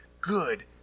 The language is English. good